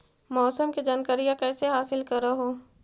मौसमा के जनकरिया कैसे हासिल कर हू?